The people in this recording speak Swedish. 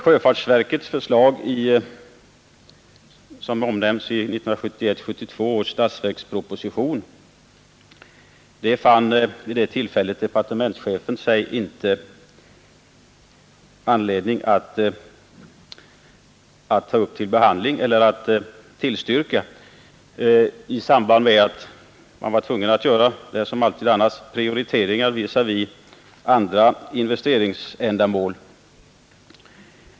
Sjöfartsverkets förslag, som omnämns i 1971 års statsverksproposition, fann departementschefen vid det tillfället inte anledning att tillstyrka, eftersom man då som alltid var tvungen att göra prioriteringar mellan olika investeringsändamål.